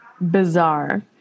bizarre